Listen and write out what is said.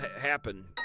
happen